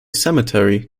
cemetery